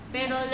Pero